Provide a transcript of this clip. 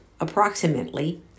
approximately